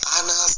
Anna